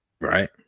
Right